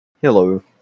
Hello